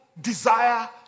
desire